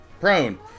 Prone